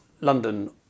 London